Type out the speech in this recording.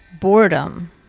Boredom